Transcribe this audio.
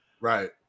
right